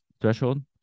threshold